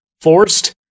forced